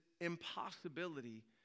impossibility